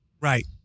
Right